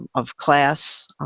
of class.